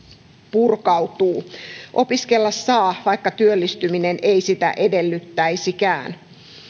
purkautuu opiskella saa vaikka työllistyminen ei sitä edellyttäisikään